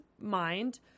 mind